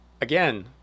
Again